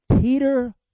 Peter